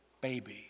baby